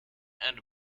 and